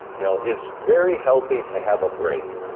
you know it's very healthy to have a break,